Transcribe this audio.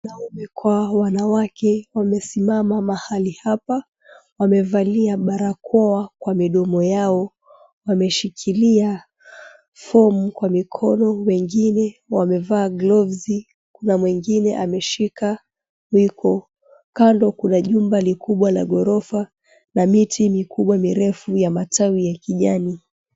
Wanaume kwa wanawake wamesimama mahali hapa, wamevalia barakoa kwa midomo yao, wameshikilia fomu. Kwa mkono wengine wamevaa gloves na mwingine ameshika mwiko, kando kuna jumba likubwa langhorofa na miti mikubwa mirefu ya matawi ya kijani.